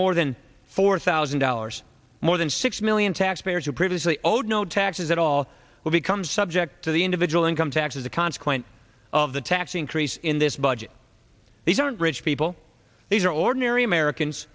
more than four thousand dollars more than six million taxpayers who previously owed no taxes at all will become subject to the individual income tax as a consequence of the tax increase in this budget these aren't rich people these are ordinary americans